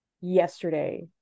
yesterday